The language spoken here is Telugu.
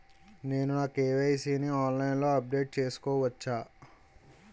నేను నా కే.వై.సీ ని ఆన్లైన్ లో అప్డేట్ చేసుకోవచ్చా?